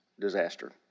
disaster